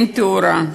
אין תאורה,